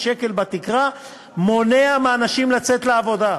אבל עדיין זה לא פותר את הבעיה,